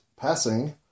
passing